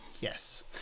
Yes